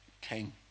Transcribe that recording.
king